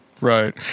right